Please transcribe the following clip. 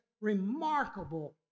remarkable